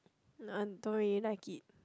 uh I don't really like it